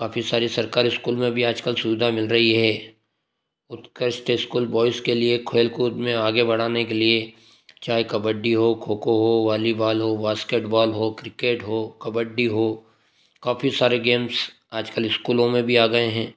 काफ़ी सारे सरकारी इस्कूल में भी आज कल सुविधा मिल रही है उत्कृष्ट इस्कूल बॉयज के लिए खेलकूद में आगे बढ़ाने के लिए चाहे कबड्डी हो खो खो हो वॉलीबाल हो बास्केटबॉल हो क्रिकेट हो कबड्डी हो काफ़ी सारे गेम्स आज कल स्कूलों में भी आ गए हैं